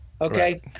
Okay